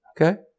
Okay